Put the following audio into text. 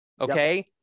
okay